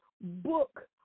book